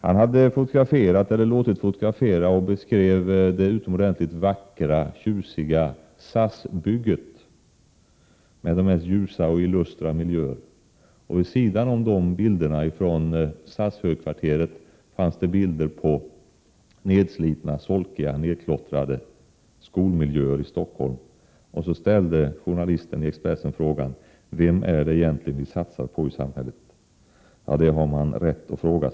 Han hade låtit fotografera och beskrev i ord den utomordentligt vackra och tjusiga nya SAS-byggnaden, med ljusa och illustra miljöer. Vid sidan av bilderna på SAS-högkvarteret fanns bilder på nedslitna, solkiga, nedklottrade skolmiljöer i Stockholm. Så ställde journalisten i Expressen frågan: Vem är det egentligen vi satsar på i samhället? Den frågan har man rätt att ställa.